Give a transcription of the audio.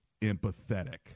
empathetic